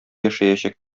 яшәячәк